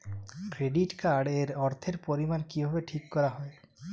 Credit card এর অর্থের পরিমান কিভাবে ঠিক করা হয়?